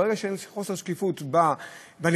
מרגע שהיה חוסר שקיפות בנתונים,